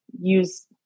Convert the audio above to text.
use